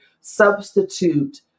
substitute